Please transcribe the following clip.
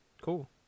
Cool